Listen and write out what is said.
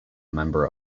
member